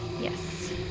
Yes